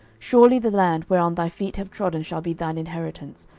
surely the land whereon thy feet have trodden shall be thine inheritance,